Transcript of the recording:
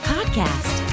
Podcast